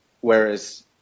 whereas